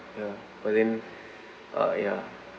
ya but then uh ya